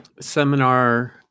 seminar